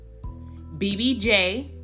BBJ